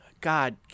God